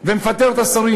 ומפטר את השרים?